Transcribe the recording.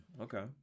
Okay